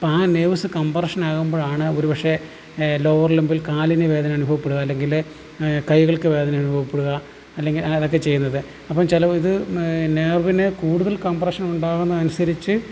അപ്പോൾ നെർവ്സ് കംപ്രഷനാകുമ്പോഴാണ് ഒരുപക്ഷെ ലോവർ ലംമ്പിൽ കാലിന് വേദന അനുഭവപ്പെടുക അല്ലെങ്കിൽ കൈകൾക്ക് വേദന അനുഭവപ്പെടുക അല്ലെങ്കിൽ അതൊക്കെ ചെയ്യുന്നത് അപ്പം ചിലത് നെർവിനെ കൂടുതൽ കംപ്രഷനുണ്ടാകുന്ന അനുസരിച്ച്